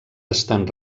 estan